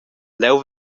leu